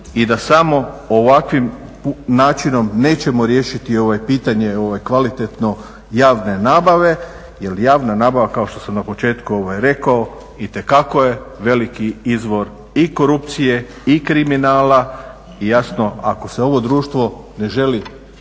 i da samo ovakvim načinom nećemo riješiti pitanje kvalitetno javne nabave. Jer javna nabava kao što sam na početku rekao itekako je veliki izvor i korupcije i kriminala i jasno ako se ovo društvo ne želi ozbiljno